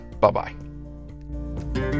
Bye-bye